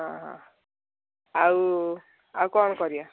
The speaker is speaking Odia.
ହଁ ହଁ ଆଉ ଆଉ କ'ଣ କରିବା